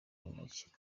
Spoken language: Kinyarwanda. ntoki